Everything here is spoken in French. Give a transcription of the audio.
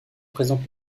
présente